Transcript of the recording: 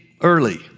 early